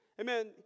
Amen